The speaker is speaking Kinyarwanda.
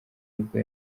nibwo